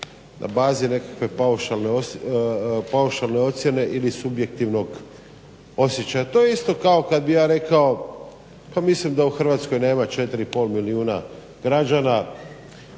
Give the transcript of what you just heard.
na bazi nekakve paušalne ocjene ili subjektivnog osjećaja. To je isto kao kada bih ja rekao pa mislim da u Hrvatskoj nema 4,5 milijuna građana,